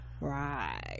right